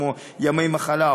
כמו ימי מחלה,